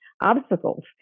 obstacles